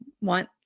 want